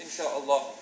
insha'Allah